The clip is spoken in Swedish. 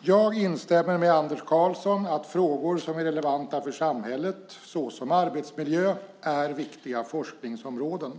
Jag instämmer med Anders Karlsson att frågor som är relevanta för samhället såsom arbetsmiljö är viktiga forskningsområden.